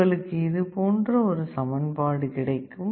உங்களுக்கு இதுபோன்ற ஒரு சமன்பாடு கிடைக்கும்